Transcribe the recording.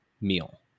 meal